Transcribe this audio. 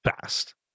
fast